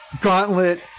Gauntlet